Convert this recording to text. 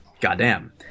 goddamn